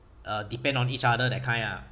uh depend on each other that kind ah